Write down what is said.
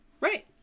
right